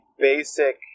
basic